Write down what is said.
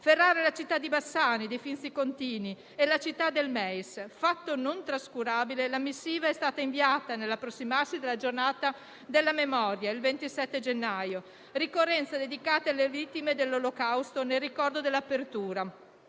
Ferrara è la città di Bassani, dei Finzi Contini e la città del MEIS. Fatto non trascurabile è che la missiva è stata inviata nell'approssimarsi della Giornata della memoria, il 27 gennaio, ricorrenza dedicata alle vittime dell'Olocausto, nel ricordo dell'apertura,